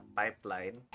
pipeline